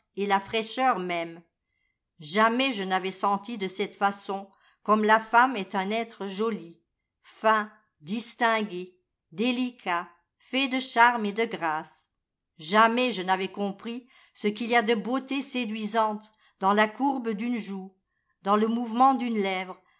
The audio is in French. et la fraîcheur même jamais je n'avais senti de cette façon comnie la femme est un être joli fin distingué délicat fait de charme et de grâce jamais je n'avais compris ce qu'il y a de beauté séduisante dans la courbe d'une joue dans le mouvement d'une lèvre